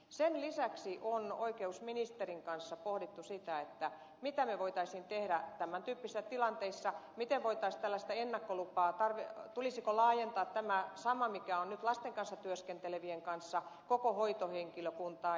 sen lisäksi on oikeusministerin kanssa pohdittu sitä mitä me voisimme tehdä tämän tyyppisissä tilanteissa voitaisiinko tällaista ennakkolupaa tulisiko laajentaa tämä sama menettely mikä on nyt lasten kanssa työskentelevien kanssa koko hoitohenkilökuntaan